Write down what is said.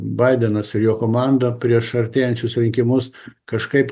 baidenas ir jo komanda prieš artėjančius rinkimus kažkaip